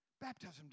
Baptism